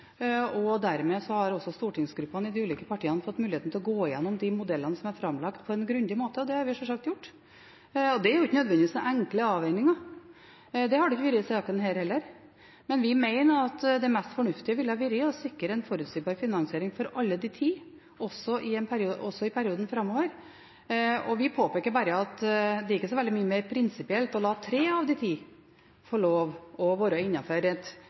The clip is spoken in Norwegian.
og dermed har stortingsgruppene i de ulike partiene fått mulighet til å gå igjennom de modellene som er framlagt, på en grundig måte – og det har vi sjølsagt gjort. Det er ikke nødvendigvis enkle avveininger. Det har det ikke vært i denne saken heller. Men vi mener at det mest fornuftige ville vært å sikre en forutsigbar finansiering for alle de ti, også i perioden framover. Vi påpeker bare at det ikke er så veldig mye mer prinsipielt å la tre av de ti få lov til å være innenfor et